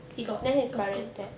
he got 哥哥